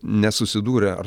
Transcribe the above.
nesusidūrę ar